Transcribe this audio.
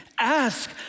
Ask